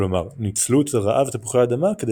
כלומר ניצלו את רעב תפוחי האדמה כדי